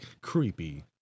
creepy